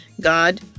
God